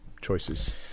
choices